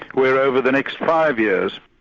where over the next five years,